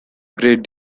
great